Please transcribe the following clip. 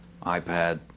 iPad